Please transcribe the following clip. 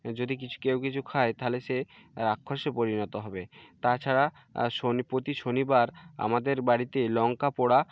যদি কিছু কেউ কিছু খায় তাহলে সে রাক্ষসে পরিণত হবে তাছাড়া শনি প্রতি শনিবার আমাদের বাড়িতে লঙ্কা পোড়া